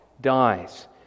dies